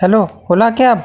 hello ola cab